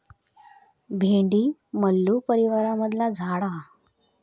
भेंडी मल्लू परीवारमधला झाड हा